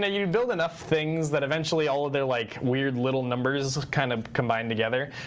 ah you build enough things that eventually all of their like weird little numbers kind of combine together.